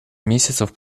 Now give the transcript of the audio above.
месяцев